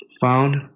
found